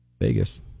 Vegas